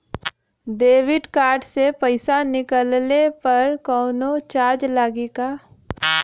Debit card से पैसा निकलले पर कौनो चार्ज लागि का?